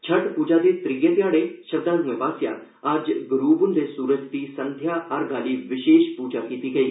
छठ पूजा दे त्रीये ध्याड़े श्रद्धालुएं पास्सेआ अज्ज गरूब हंदे सूरज दी 'संध्या अर्घ' आहली विषेश पूजा कीती गेई